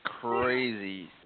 crazy